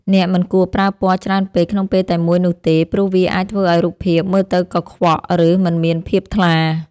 អ្នកមិនគួរប្រើពណ៌ច្រើនពេកក្នុងពេលតែមួយនោះទេព្រោះវាអាចធ្វើឱ្យរូបភាពមើលទៅកខ្វក់ ឬ មិនមានភាពថ្លា។